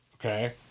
Okay